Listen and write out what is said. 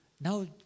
now